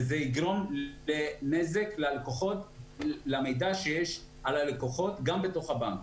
וזה יגרום לנזק למידע שיש על הלקוחות גם בתוך הבנקים,